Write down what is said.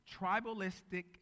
tribalistic